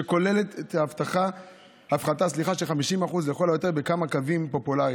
שכוללת הפחתה של 50% לכל היותר בכמה קווים פופולריים.